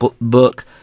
book